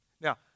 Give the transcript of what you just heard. Now